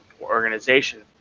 organization